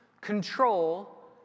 control